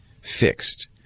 fixed